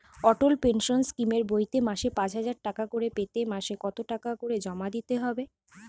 অটল pension স্কিমের বইতে মাসে পাঁচ হাজার টাকা করে পেতে মাসে কত টাকা করে জমা দিতে হবে?